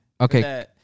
Okay